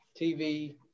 TV